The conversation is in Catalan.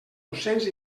docents